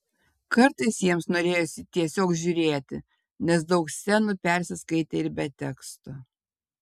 kartais jiems norėjosi tiesiog žiūrėti nes daug scenų persiskaitė ir be teksto